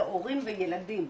להורים וילדים.